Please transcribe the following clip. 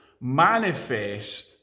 manifest